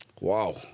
Wow